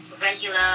regular